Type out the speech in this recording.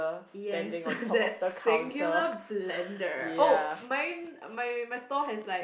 yes that singular blender oh mine my my store has like